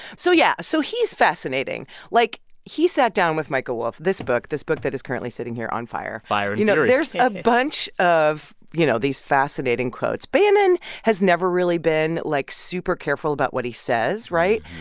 so yeah. so he's fascinating. like, he sat down with michael wolff. this book this book that is currently sitting here on fire. fire and fury. you know, there's a bunch of, you know, these fascinating quotes. bannon has never really been, like, super careful about what he says, right?